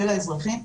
של האזרחים,